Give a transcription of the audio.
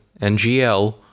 ngl